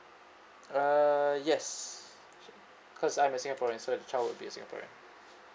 uh yes she because I'm a singaporean so the child would be a singaporean